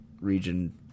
region